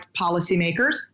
policymakers